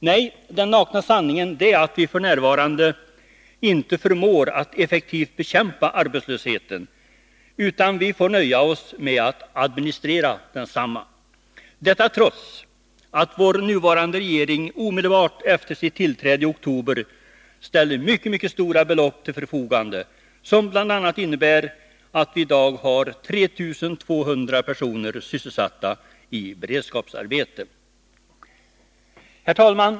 Nej, den nakna sanningen är att vi f. n. inte förmår att effektivt bekämpa arbetslösheten, utan vi får nöja oss med att administrera den. Detta trots att vår nuvarande regering omedelbart efter sitt tillträde i oktober ställde mycket stora belopp till förfogande, vilket bl.a. innebär att vi i dag har 3 200 sysselsatta i beredskapsarbete.